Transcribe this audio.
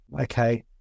Okay